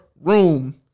room